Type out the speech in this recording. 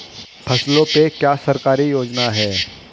फसलों पे क्या सरकारी योजना है?